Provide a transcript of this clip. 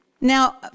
Now